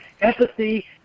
empathy